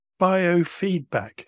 biofeedback